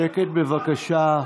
שקט, שקט, בבקשה.